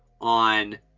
on –